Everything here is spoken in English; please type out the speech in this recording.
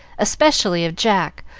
especially of jack,